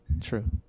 True